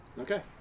Okay